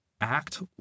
act